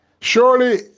Surely